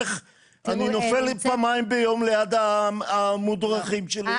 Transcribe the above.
ואני נופל פעמיים ביום ליד המודרכים שלי.